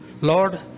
lord